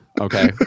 Okay